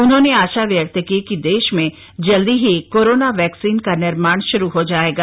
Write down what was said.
उन्होंने आशा व्यक्त की कि देश में जल्दी ही कोरोना वैक्सीन का निर्माण श्रू हो जाएगा